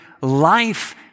life